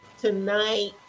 tonight